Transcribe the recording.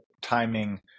timing